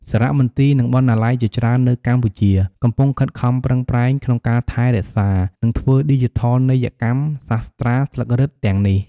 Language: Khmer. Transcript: សារមន្ទីរ និងបណ្ណាល័យជាច្រើននៅកម្ពុជា កំពុងខិតខំប្រឹងប្រែងក្នុងការថែរក្សា និងធ្វើឌីជីថលនីយកម្មសាស្រ្តាស្លឹករឹតទាំងនេះ។